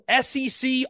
SEC